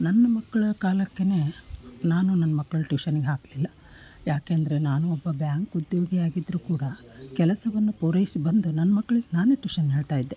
ನನ್ನ ಮಕ್ಕಳ ಕಾಲಕ್ಕೇ ನಾನು ನನ್ನ ಮಕ್ಕಳ ಟ್ಯೂಷನ್ನಿಗೆ ಹಾಕಲಿಲ್ಲ ಯಾಕೆಂದರೆ ನಾನು ಒಬ್ಬ ಬ್ಯಾಂಕ್ ಉದ್ಯೋಗಿ ಆಗಿದ್ದರೂ ಕೂಡ ಕೆಲಸವನ್ನು ಪೂರೈಸಿ ಬಂದು ನನ್ನ ಮಕ್ಳಿಗೆ ನಾನೇ ಟ್ಯೂಷನ್ ಹೇಳ್ತಾ ಇದ್ದೆ